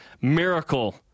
Miracle